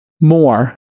more